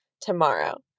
tomorrow